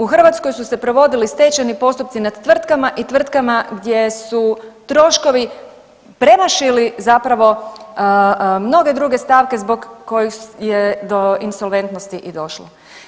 U Hrvatskoj su se provodili stečajni postupci nad tvrtkama i tvrtkama gdje su troškovi premašili zapravo mnoge druge stavke zbog kojih je do insolventnosti i došlo.